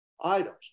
items